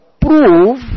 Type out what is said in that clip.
prove